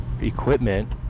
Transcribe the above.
equipment